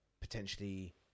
potentially